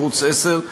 ערוץ 10,